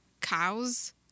Cows